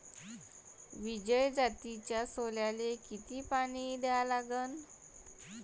विजय जातीच्या सोल्याले किती पानी द्या लागन?